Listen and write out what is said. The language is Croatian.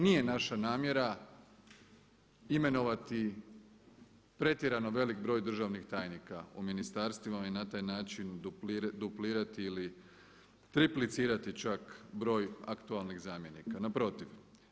Nije naša namjera imenovati pretjerano veliki broj državnih tajnika u ministarstvima i na taj način duplirati ili triplicirati čak broj aktualnih zamjenika, naprotiv.